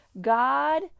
God